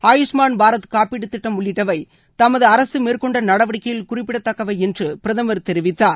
ஆயுஷ்மான் பாரத் காப்பீட்டுத் திட்டம் உள்ளிட்டவை தமது அரசு மேற்கொண்ட நடவடிக்கையில் குறிப்பிடத்தக்கவை என்று பிரதமர் தெரிவித்தார்